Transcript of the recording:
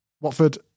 Watford